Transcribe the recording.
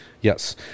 Yes